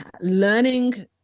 learning